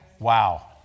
Wow